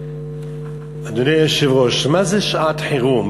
אדוני היושב-ראש, מה זה שעת חירום?